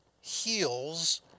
heals